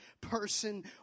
person